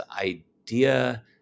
idea